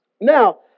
Now